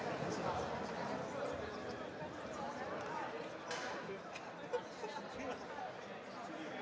Tak